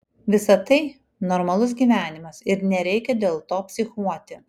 visa tai normalus gyvenimas ir nereikia dėl to psichuoti